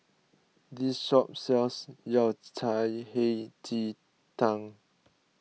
this shop sells Yao Cai Hei Ji Tang